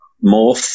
more